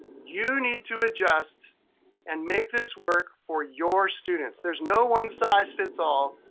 you need to adjust and make this work for your students. there's no one-size fits all.